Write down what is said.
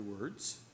words